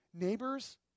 neighbors